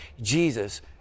Jesus